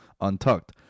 untucked